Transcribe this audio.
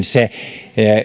se